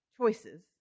choices